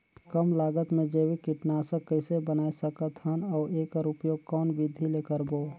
कम लागत मे जैविक कीटनाशक कइसे बनाय सकत हन अउ एकर उपयोग कौन विधि ले करबो?